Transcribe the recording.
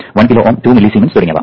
1 kilo Ω 2 millisiemens തുടങ്ങിയവ